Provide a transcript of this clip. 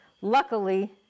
Luckily